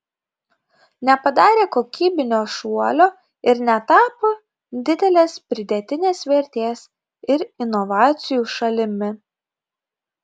nepadarė kokybinio šuolio ir netapo didelės pridėtinės vertės ir inovacijų šalimi